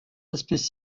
aspects